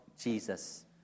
Jesus